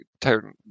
turn